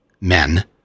men